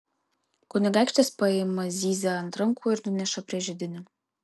kunigaikštis paima zyzią ant rankų ir nuneša prie židinio